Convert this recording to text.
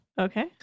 Okay